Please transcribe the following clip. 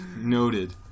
Noted